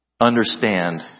understand